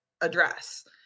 Address